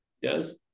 yes